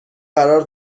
قرار